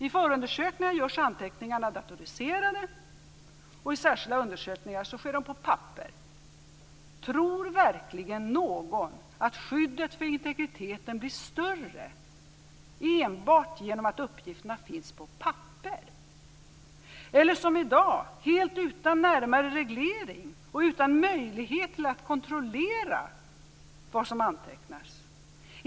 I förundersökningar görs anteckningarna datoriserat, och i särskilda undersökningar sker de på papper. Tror verkligen någon att skyddet för integriteten blir större enbart genom att uppgifterna finns på papper, eller som i dag, helt utan närmare reglering och utan att det är möjligt att kontrollera vad som antecknas?